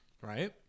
right